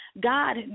God